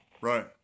Right